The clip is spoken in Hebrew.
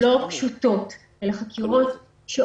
אלה חקירות לא פשוטות.